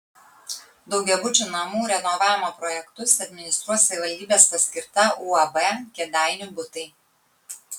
daugiabučių namų renovavimo projektus administruos savivaldybės paskirta uab kėdainių butai